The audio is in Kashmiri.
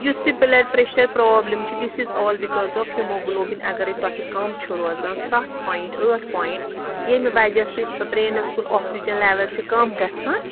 یُس یہِ بٕلَڈ پریشَر پرٛابلِم چھِ this is all because of haemoglobin اگرے تۄہہِ کَم چھُ روزان سَتھ پویِنٛٹ ٲٹھ پویِنٛٹ ییٚمہِ وجہ سۭتۍ برٛینَس کُن آکسیٖجَن لیول چھِ کَم گژھان